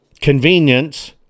convenience